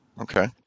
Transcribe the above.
Okay